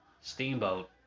Steamboat